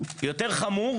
יותר חמור